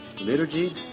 liturgy